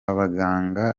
baganga